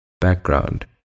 Background